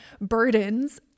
burdens